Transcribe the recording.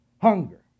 Hunger